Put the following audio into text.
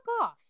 off